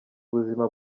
buzima